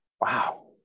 wow